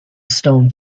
stone